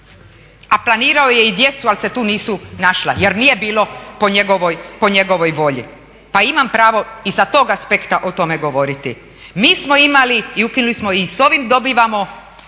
a planirao je i djecu ali se tu nisu našla jer nije bilo po njegovoj volji. Pa imam pravo i sa tog aspekta o tome govoriti. Mi smo imali i ukinuli smo i s ovim dobivamo